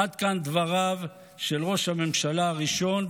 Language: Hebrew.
עד כאן דבריו של ראש הממשלה הראשון,